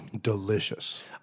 Delicious